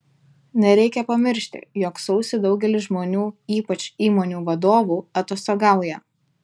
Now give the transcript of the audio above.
nereikia pamiršti jog sausį daugelis žmonių ypač įmonių vadovų atostogauja